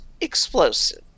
explosive